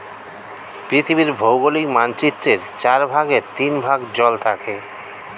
পৃথিবীর ভৌগোলিক মানচিত্রের চার ভাগের তিন ভাগ জল থাকে